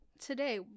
today